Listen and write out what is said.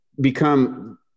become